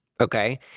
Okay